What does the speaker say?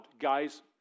Guys